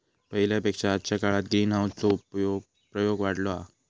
पहिल्या पेक्षा आजच्या काळात ग्रीनहाऊस चो प्रयोग वाढलो हा